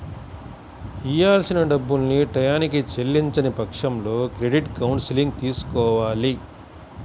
ఇయ్యాల్సిన డబ్బుల్ని టైయ్యానికి చెల్లించని పక్షంలో క్రెడిట్ కౌన్సిలింగ్ తీసుకోవాలి